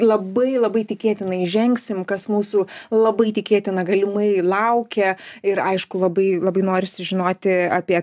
labai labai tikėtina įžengsim kas mūsų labai tikėtina galimai laukia ir aišku labai labai norisi žinoti apie